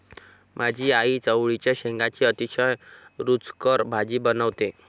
माझी आई चवळीच्या शेंगांची अतिशय रुचकर भाजी बनवते